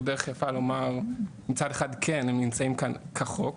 דרך יפה לומר מצד אחד כן הם נמצאים כאן כחוק,